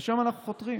לשם אנחנו חותרים,